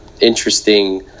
interesting